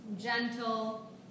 gentle